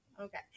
Okay